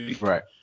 Right